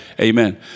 Amen